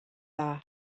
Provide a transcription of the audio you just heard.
dda